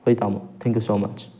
ꯍꯣꯏ ꯇꯥꯃꯣ thank you so ꯃꯁ